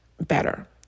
better